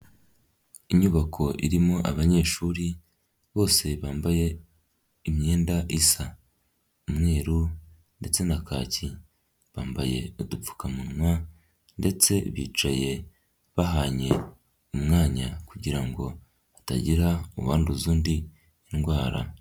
Inyubako irimo abanyeshuri, bose bambaye imyenda isa, umweru ndetse na kaki, bambaye udupfukamunwa ndetse bicaye bahanye umwanya kugira ngo hatagira uwanduza undi indwara.